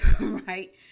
right